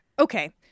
Okay